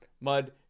mud